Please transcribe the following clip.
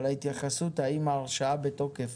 אבל ההתייחסות ששל האם ההרשאה בתוקף